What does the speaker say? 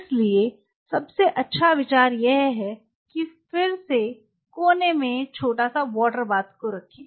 इसलिए सबसे अच्छा विचार यह है कि फिर से कोने में एक छोटे से वाटर बाथ को रखें